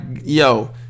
yo